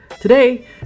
Today